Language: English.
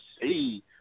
see